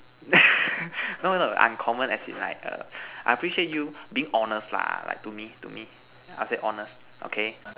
no no uncommon as in like err I appreciate you being honest lah like to me to me I'll say honest okay